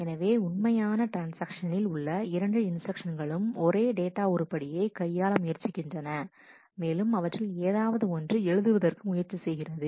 எனவே உண்மையான ட்ரான்ஸ்ஆக்ஷன்களில் உள்ள இரண்டு இன்ஸ்டிரக்ஷன்ஸ்களும் ஒரே டேட்டா உருப்படியை கையால முயற்சிக்கின்றன மேலும் அவற்றில் ஏதாவது ஒன்று எழுதுவதற்கு முயற்சி செய்கிறது